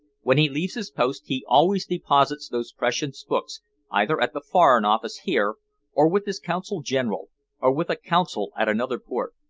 when he leaves his post he always deposits those precious books either at the foreign office here or with his consul-general, or with a consul at another port.